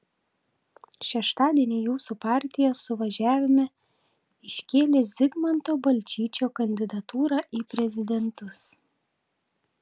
šeštadienį jūsų partija suvažiavime iškėlė zigmanto balčyčio kandidatūrą į prezidentus